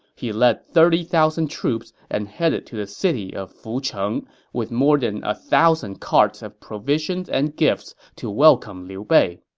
he led thirty thousand troops and headed to the city of fucheng with more than one ah thousand carts of provisions and gifts to welcome liu bei.